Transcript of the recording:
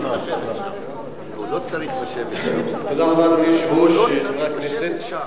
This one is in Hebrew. אדוני היושב-ראש, תודה רבה, חברי הכנסת,